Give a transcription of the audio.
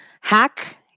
hack